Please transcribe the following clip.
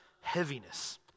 heaviness